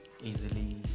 easily